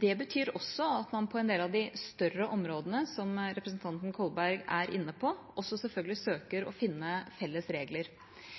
Det betyr at man på en del av de større områdene, som representanten Kolberg er inne på, også selvfølgelig søker å finne felles regler.